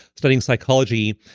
studying psychology,